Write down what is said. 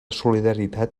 solidaritat